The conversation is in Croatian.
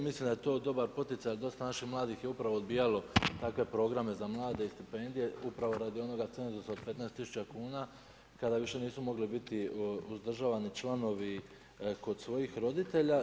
Mislim da je to dobar poticaj jer dosta naših mladih je upravo odbijalo takve programe za mlade i stipendije upravo radi onoga cenzusa od 15 tisuća kuna kada više nisu mogli biti uzdržavani članovi kod svojih roditelja.